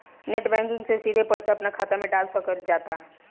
net banking से सिधे पईसा अपना खात मे डाल सकल जाता